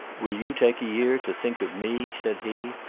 will you take a year to think of me? said he,